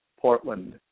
Portland